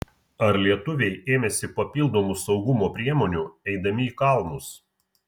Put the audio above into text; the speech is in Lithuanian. ar lietuviai ėmėsi papildomų saugumo priemonių eidami į kalnus